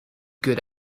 good